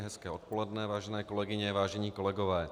Hezké odpoledne, vážené kolegyně, vážení kolegové.